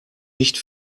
nicht